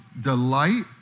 delight